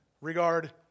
Regard